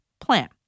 plan